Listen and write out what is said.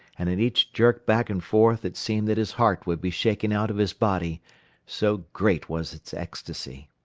and at each jerk back and forth it seemed that his heart would be shaken out of his body so great was its ecstasy.